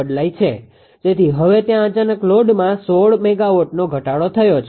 તેથી હવે ત્યાં અચાનક લોડમાં 16 મેગાવોટનો ઘટાડો થયો છે